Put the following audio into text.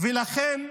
ולכן,